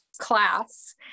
class